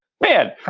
man